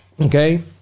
Okay